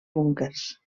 búnquers